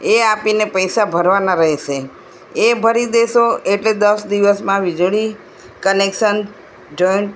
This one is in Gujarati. એ આપીને પૈસા ભરવાના રહેશે એ ભરી દેશો એટલે દસ દિવસમાં વીજળી કનેક્શન જળ